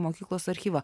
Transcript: mokyklos archyvą